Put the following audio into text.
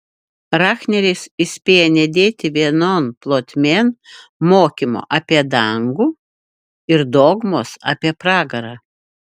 rahneris įspėja nedėti vienon plotmėn mokymo apie dangų ir dogmos apie pragarą